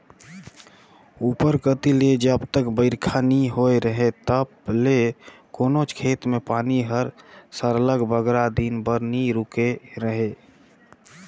उपर कती ले जब तक बरिखा नी होए रहें तब ले कोनोच खेत में पानी हर सरलग बगरा दिन बर नी रूके रहे